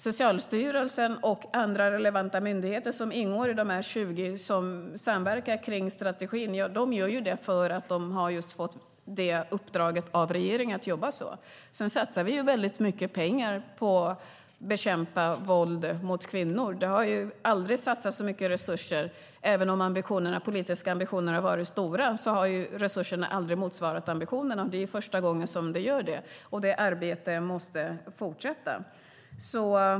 Socialstyrelsen och andra relevanta myndigheter som ingår i de 20 som samverkar kring strategin gör det för att de har fått uppdraget av regeringen att jobba så. Sedan satsar vi väldigt mycket pengar på att bekämpa våld mot kvinnor. Det har aldrig satsats så mycket resurser. Även om de politiska ambitionerna har varit stora har resurserna aldrig motsvarat ambitionerna. Det är första gången som de gör det. Och det arbetet måste fortsätta.